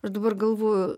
aš dabar galvoju